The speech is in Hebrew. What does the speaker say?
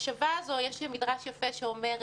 יש לי מדרש יפה שאומר,